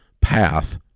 path